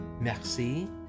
Merci